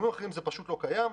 פשוט לא קיים.